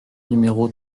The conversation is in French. numéro